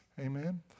Amen